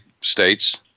states